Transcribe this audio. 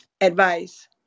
advice